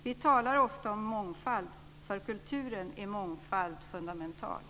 Vi talar ofta om mångfald. För kulturen är mångfald fundamentalt.